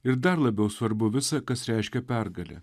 ir dar labiau svarbu visa kas reiškia pergalė